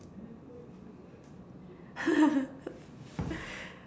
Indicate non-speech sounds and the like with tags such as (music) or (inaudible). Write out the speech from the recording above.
(laughs)